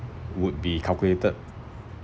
would be calculated